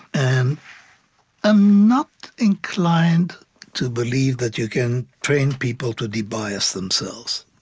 and i'm not inclined to believe that you can train people to de-bias themselves.